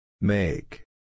Make